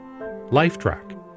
Lifetrack